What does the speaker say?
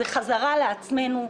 זה חזרה לעצמנו.